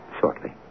shortly